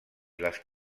les